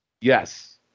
Yes